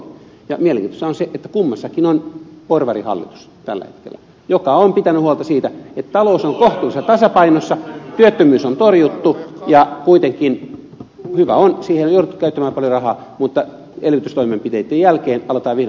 mielenkiintoista on se että kummassakin on tällä hetkellä porvarihallitus joka on pitänyt huolta siitä että talous on kohtuullisessa tasapainossa työttömyys on torjuttu ja kuitenkin hyvä on siihen on jouduttu käyttämään paljon rahaa elvytystoimenpiteitten jälkeen aloitetaan vihdoinkin tasapainottamistoimenpiteet